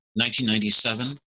1997